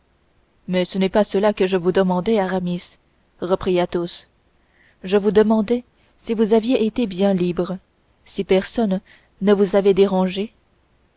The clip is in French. mais ce n'est pas cela que je vous demandais aramis reprit athos je vous demandais si vous aviez été bien libre et si personne ne vous avait dérangé